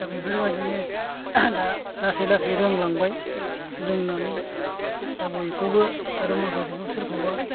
दा बेफोर बादिनो दा लासै लासै रोंलांबाय रोंनानै दा बयखौबो आरो माखासेखौ सोरखौबा